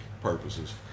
purposes